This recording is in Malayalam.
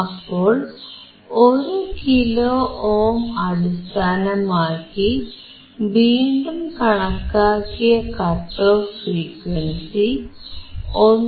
അപ്പോൾ 1 കിലോ ഓം അടിസ്ഥാനമാക്കി വീണ്ടും കണക്കാക്കിയ കട്ട് ഓഫ് ഫ്രീക്വൻസി 1